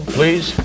please